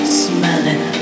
smelling